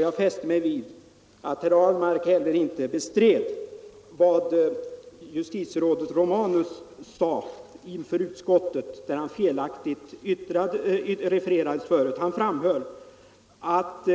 Jag fäste mig vid att herr Ahlmark inte heller bestred vad justitierådet Romanus sade inför utskottet — han refererades felaktigt förut. Justitierådet Romanus framhöll att